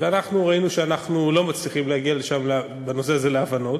ואנחנו ראינו שאנחנו לא מצליחים להגיע בנושא הזה להבנות.